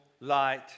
light